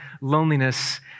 loneliness